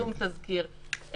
פרסום תזכיר,